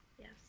Yes